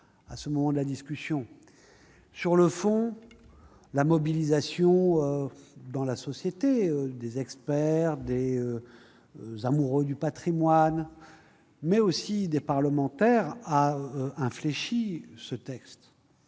Sur le fond, la mobilisation de la société, des experts, des amoureux du patrimoine et des parlementaires a infléchi ce projet